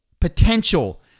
potential